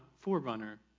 forerunner